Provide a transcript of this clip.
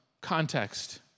context